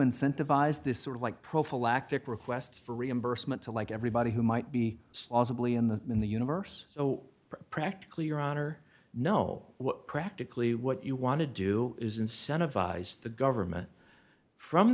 incentivize this sort of like prophylactic request for reimbursement to like everybody who might be in the in the universe so practically your honor no what practically what you want to do is incentivize the government from